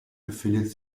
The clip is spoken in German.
befindet